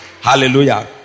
Hallelujah